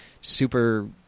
super